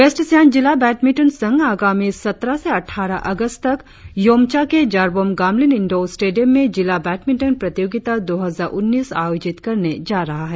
waste Siang जिला badminton संघ आगामी सत्रह से अट्ठाराह अगस्त तक योम्चा के जरबोम गामलिन इंडोर स्टेडियम में जिला बैडमिंटन प्रतियोगिता दो हजार उन्नीस आयोजित करने जा रहा है